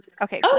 Okay